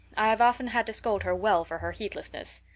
i've often had to scold her well for her heedlessness.